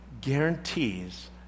guarantees